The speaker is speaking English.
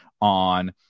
on